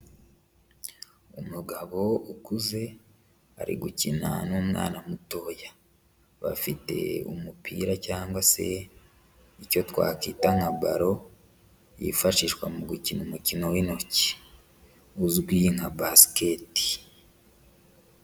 Umugabo ukuze ari gukina n'umwana mutoya, bafite umupira cyangwa se icyo twakwita nka balo yifashishwa mu gukina umukino w'intoki uzwi nka basiketi.